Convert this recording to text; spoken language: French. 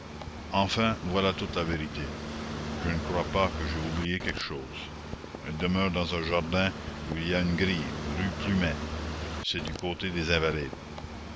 enfin voilà toute la vérité je ne crois pas que j'aie oublié quelque chose elle demeure dans un jardin où il y a une grille rue plumet c'est du côté des invalides